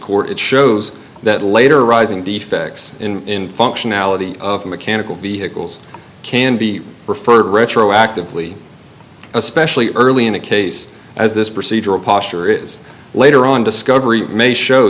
it shows that later arising defects in functionality of mechanical vehicles can be referred retroactively especially early in a case as this procedural posture is later on discovery may show